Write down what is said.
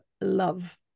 love